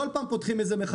כי הן כל פעם נפתחות מחדש,